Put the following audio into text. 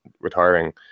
retiring